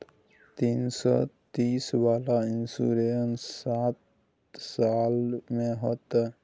तीन सौ तीस वाला इन्सुरेंस साठ साल में होतै?